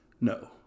No